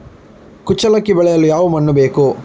ಕುಚ್ಚಲಕ್ಕಿ ಬೆಳೆಸಲು ಯಾವ ಮಣ್ಣು ಬೇಕು?